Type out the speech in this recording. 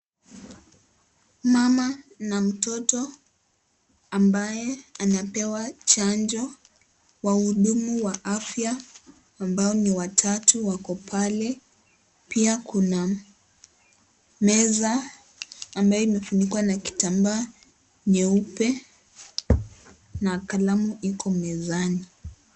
Mama na mtoto ambaye anapewa chanjo. Wahudumu wa afya, ambao ni watatu wako pale. Pia kuna meza ambaye imefunikwa na kitambaa nyeupe na kalamu iko mezani.